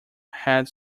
had